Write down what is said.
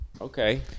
Okay